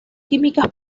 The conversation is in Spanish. químicas